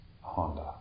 Honda